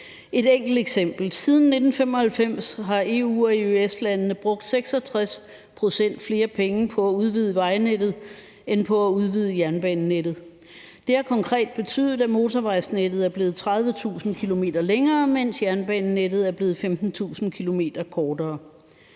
et enkelt eksempel: Siden 1995 har EU og EØS-landene brugt 66 pct. flere penge på at udvide vejnettet end på at udvide jernbanenettet. Det har konkret betydet, at motorvejsnettet er blevet 30.000 km længere, mens jernbanenettet er blevet 15.000 km kortere.